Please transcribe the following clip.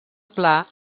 pla